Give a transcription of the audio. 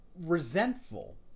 resentful